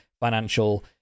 financial